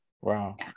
Wow